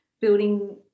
building